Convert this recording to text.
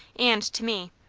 and to me.